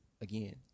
again